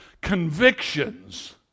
convictions